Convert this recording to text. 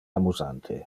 amusante